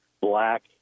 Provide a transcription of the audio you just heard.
black